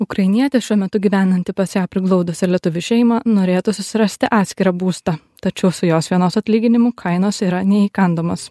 ukrainietė šiuo metu gyvenanti pas ją priglaudusią lietuvių šeimą norėtų susirasti atskirą būstą tačiau su jos vienos atlyginimu kainos yra neįkandamos